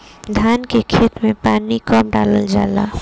धान के खेत मे पानी कब डालल जा ला?